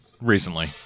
recently